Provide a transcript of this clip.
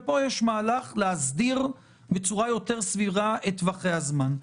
ופה יש מהלך להסדיר בצורה יותר סבירה את טווחי הזמן.